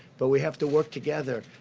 but we have to work together.